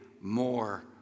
more